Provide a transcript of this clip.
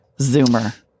Zoomer